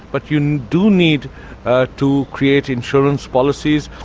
but you do need to create insurance policies,